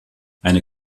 eine